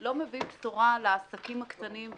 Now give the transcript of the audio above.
לא מביא בשורה לעסקים הקטנים,